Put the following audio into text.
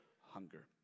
hunger